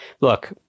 look